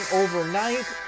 overnight